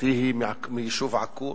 שמשפחתי היא מיישוב עקור,